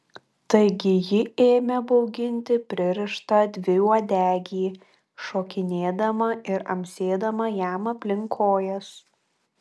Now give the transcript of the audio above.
taigi ji ėmė bauginti pririštą dviuodegį šokinėdama ir amsėdama jam aplink kojas